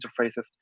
interfaces